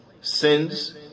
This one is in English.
sins